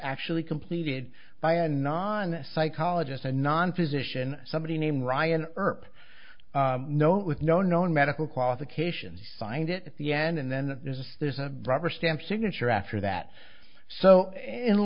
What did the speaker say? actually completed by a non psychologist and non physician somebody named ryan erp known with no known medical qualifications signed it at the end and then there's there's a rubber stamp signature after that so in